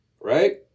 Right